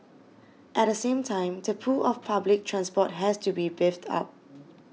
at the same time the pull of public transport has to be beefed up